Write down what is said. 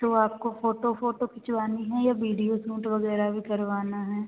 तो आपको photo photo खिंचवानी है या वीडियो सूट वग़ैरह भी करवाना है